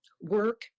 work